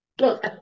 Look